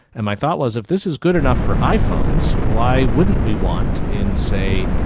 and my thought was if this is good enough for iphones, why wouldn't we want in, say,